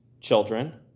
children